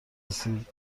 رسید